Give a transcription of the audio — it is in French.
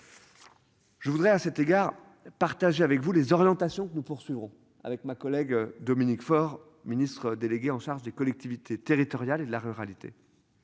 Je voudrais à cet égard partager avec vous les orientations que nous poursuivrons avec ma collègue Dominique Faure Ministre délégué en charge des collectivités territoriales et de la ruralité.